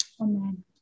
Amen